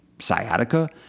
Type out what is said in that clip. sciatica